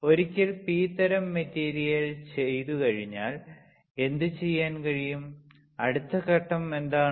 ഒരിക്കൽ പി തരം മെറ്റീരിയൽ ചെയ്തുകഴിഞ്ഞാൽ എന്ത് ചെയ്യാൻ കഴിയും അടുത്ത ഘട്ടം എന്താണ്